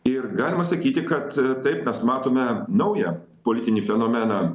ir galima sakyti kad taip mes matome naują politinį fenomeną